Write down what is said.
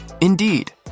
Indeed